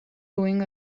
doing